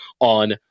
on